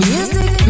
Music